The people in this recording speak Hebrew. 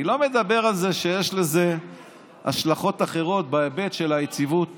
אני לא מדבר על זה שיש לזה השלכות אחרות בהיבט של היציבות